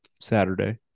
Saturday